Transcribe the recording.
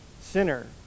sinner